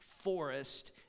forest